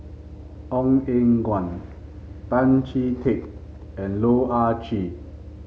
Ong Eng Guan Tan Chee Teck and Loh Ah Chee